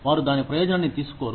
వారు దాని ప్రయోజనాన్ని తీసుకోరు